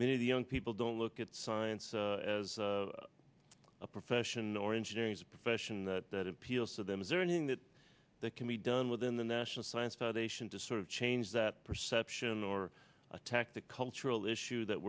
many of the young people don't look at science as a profession or engineering as a profession that appeals to them is there anything that they can be done within the national science foundation to sort of change that perception or attack the cultural issue that